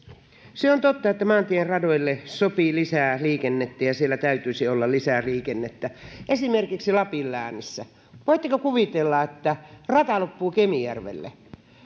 se on totta että maakuntien radoille sopii lisää liikennettä ja siellä täytyisi olla lisää liikennettä esimerkiksi lapin läänissä voitteko kuvitella että rata loppuu kemijärvelle